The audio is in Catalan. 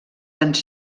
ens